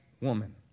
woman